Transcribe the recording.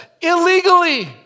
illegally